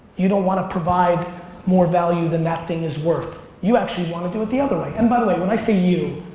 you don't want to provide more value than that thing is worth. you actually want to do it the other way. and by the way, when i say you,